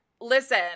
Listen